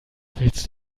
willst